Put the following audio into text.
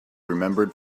remembered